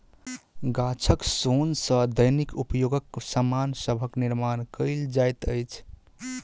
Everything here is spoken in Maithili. गाछक सोन सॅ दैनिक उपयोगक सामान सभक निर्माण कयल जाइत अछि